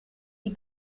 die